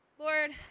Lord